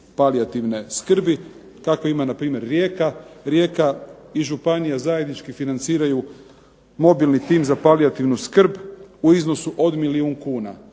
palijativne skrbi kakve ima npr. Rijeka. Rijeka i županija zajednički financiraju mobilni tim za palijativnu skrb u iznosu od milijun kuna.